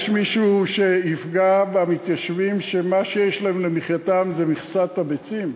יש מישהו שיפגע במתיישבים שמה שיש להם למחייתם זה מכסת הביצים?